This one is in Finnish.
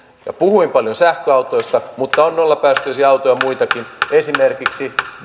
puhuin paljon sähköautoista mutta on nollapäästöisiä autoja muitakin esimerkiksi